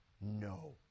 no